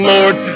Lord